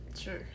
Sure